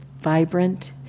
vibrant